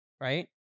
right